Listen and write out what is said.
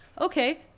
Okay